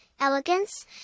elegance